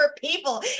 people